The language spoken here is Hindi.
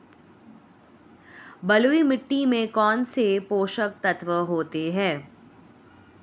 बलुई मिट्टी में कौनसे पोषक तत्व होते हैं?